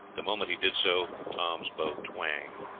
the moment he did so tom's bow twanged.